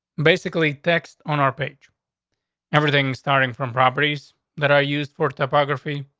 basically text on our page everything, starting from properties that are used for topography,